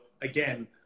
again